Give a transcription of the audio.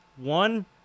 One